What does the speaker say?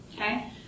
Okay